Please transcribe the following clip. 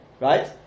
right